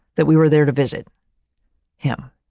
that we were there to visit him.